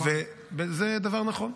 זה דבר נכון.